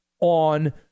On